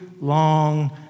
long